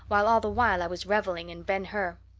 while all the while i was reveling in ben hur.